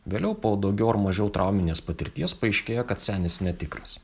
vėliau po daugiau ar mažiau trauminės patirties paaiškėja kad senis netikras